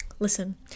Listen